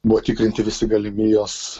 buvo tikrinti visi galimi jos